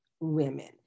Women